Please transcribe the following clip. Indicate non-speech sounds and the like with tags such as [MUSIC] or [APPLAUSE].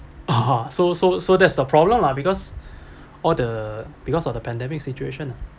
ah so so so that's the problem lah because [BREATH] all the because of the pandemic situation lah